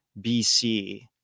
BC